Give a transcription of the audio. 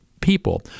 people